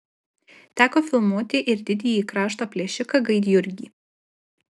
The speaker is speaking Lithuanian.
teko filmuoti ir didįjį krašto plėšiką gaidjurgį